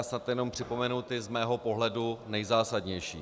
Snad jenom připomenu ty z mého pohledu nejzásadnější.